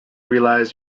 realize